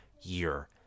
year